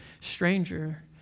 stranger